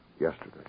yesterday